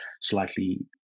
slightly